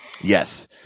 yes